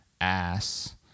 ass